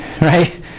Right